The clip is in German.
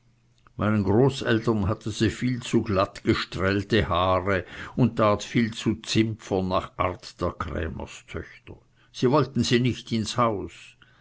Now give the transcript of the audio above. meinen großeltern hatte sie viel zu glatt gestrählte haare und tat viel zu zimpfer nach art einiger krämerstöchter unter denen es aber auch ganz scharmante kinder gibt sie wollten sie nicht ins haus